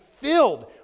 filled